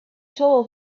soul